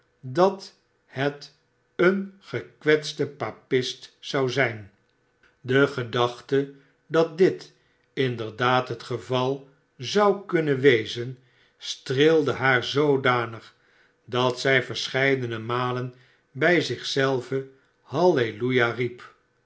dat het een gekwetste papist zou zijn de gedachte dat dit inderdaad het geval zou kunnen wezen streelde haar zoodanig dat zij verscheidene malen bij zich zelve halleluja